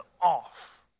off